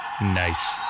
Nice